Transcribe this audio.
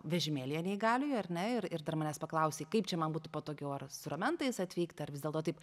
vežimėlyje neįgaliojo ar ne ir ir dar manęs paklausei kaip čia man būtų patogiau ar su ramentais atvykti ar vis dėlto taip